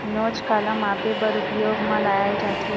नोच काला मापे बर उपयोग म लाये जाथे?